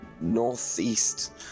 northeast